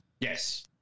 yes